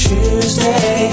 Tuesday